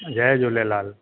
Jay Jhulelal